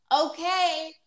okay